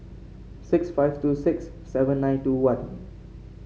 six five two six seven nine two one